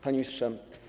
Panie Ministrze!